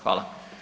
Hvala.